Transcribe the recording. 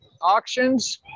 auctions